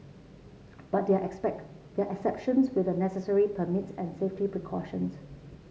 but there are expect exceptions with the necessary permits and safety precautions